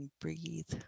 Breathe